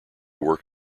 work